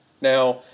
Now